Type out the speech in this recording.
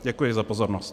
Děkuji za pozornost.